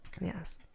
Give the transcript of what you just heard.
Yes